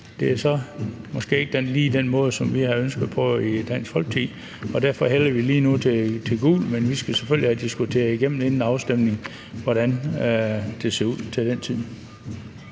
det er så måske ikke lige den måde, vi har ønsket det på i Dansk Folkeparti. Derfor hælder vi lige nu til gult, men vi skal selvfølgelig have diskuteret igennem inden afstemningen, hvordan det skal se ud til den tid.